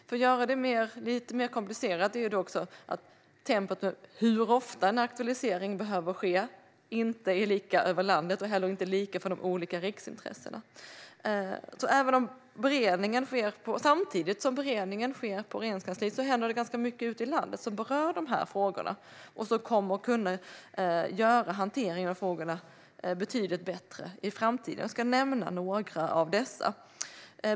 För att göra det lite mer komplicerat är det inte lika över landet när det gäller hur ofta en aktualitetsprövning behöver ske och inte heller lika för de olika riksintressena. Samtidigt som en beredning sker på Regeringskansliet händer det ganska mycket ute i landet som rör de här frågorna och som kommer att göra hanteringen av frågorna betydligt bättre i framtiden. Jag ska nämna några av dessa.